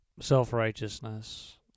self-righteousness